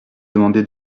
demandé